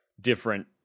different